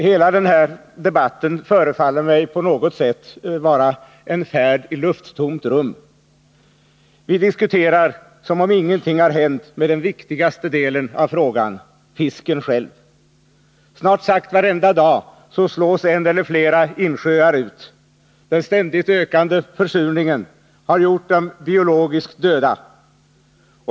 Herr talman! Hela denna debatt förefaller mig på något sätt vara en färd i lufttomt rum. Vi diskuterar som om ingenting har hänt med den viktigaste delen av frågan, fisken själv. Snart sagt varje dag slås en eller flera insjöar ut — den ständigt ökande försurningen har gjort dem biologiskt döda.